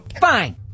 Fine